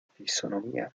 fisonomía